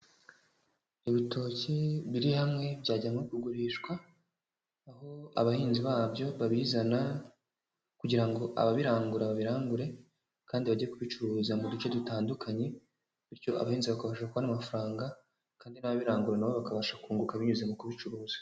Ibitoki biri hamwe byajyanwe kugurishwa, aho abahinzi babyo babizana kugira ngo ababirangura babirangure, kandi bajye kubicuruza mu duce dutandukanye, bityo abahinzi bakabasha kubona amafaranga, kandi n'ababirangura nabo bakabasha kunguka binyuze mu kubicuruza.